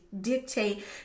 dictate